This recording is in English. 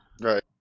Right